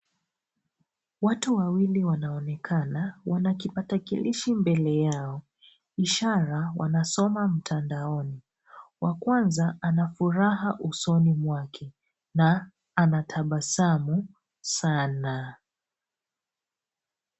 Watu wawili wanaoneka wanatarakilishi mbele yao ishara wanasoma mtandaoni wakwanza anafuraha usoni mwake na anatabasamu sana.